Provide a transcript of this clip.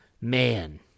man